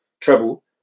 Treble